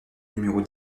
numéros